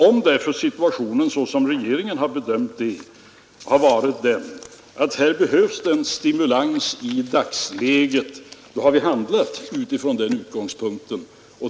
Om därför situationen, såsom regeringen har bedömt den, har varit den att här behövs det en stimulans i dagsläget, då har vi handlat utifrån den utgångspunkten.